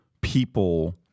people